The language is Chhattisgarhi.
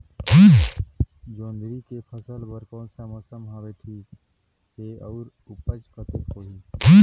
जोंदरी के फसल बर कोन सा मौसम हवे ठीक हे अउर ऊपज कतेक होही?